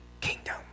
kingdom